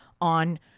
on